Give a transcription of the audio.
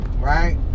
right